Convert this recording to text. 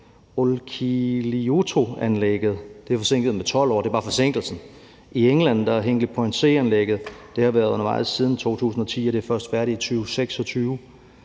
Olkiluotoanlægget forsinket med 12 år, det er bare forsinkelsen. I England har Hinkley Point C-anlægget været undervejs siden 2010, og det er først færdigt i 2026.